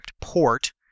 port